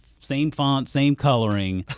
same font, same coloring,